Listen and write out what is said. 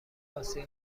آسیا